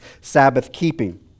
Sabbath-keeping